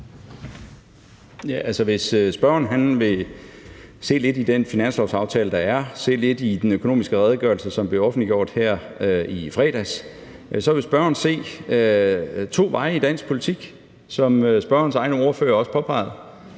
hvis spørgeren ville se lidt i den finanslovsaftale, der er, og se lidt i Økonomisk Redegørelse, som blev offentliggjort her i fredags, ville spørgeren se, at der er to veje i dansk politik, som spørgerens egen ordfører også påpegede.